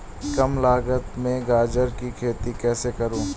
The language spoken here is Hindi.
कम लागत में गाजर की खेती कैसे करूँ?